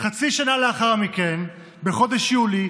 חצי שנה לאחר מכן, בחודש יולי,